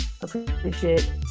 appreciate